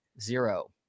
Zero